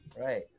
Right